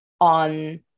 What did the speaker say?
on